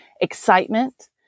excitement